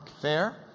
Fair